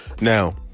Now